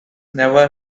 never